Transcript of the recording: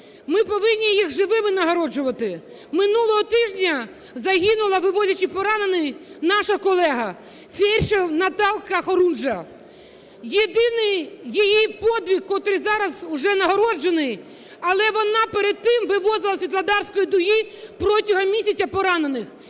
ми повинні їх живими нагороджувати. Минулого тижня загинула, вивозячи поранених, наша колега фельдшер Наталка Хоружа. Єдиний її подвиг, котрий зараз вже нагороджений, але вона перед тим вивозила зі Світлодарської дуги протягом місяця поранених,